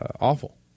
awful